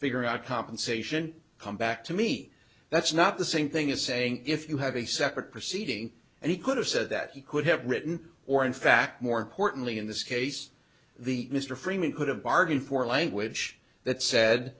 figuring out compensation come back to me that's not the same thing as saying if you have a separate proceeding and he could have said that he could have written or in fact more importantly in this case the mr freeman could have bargained for language that said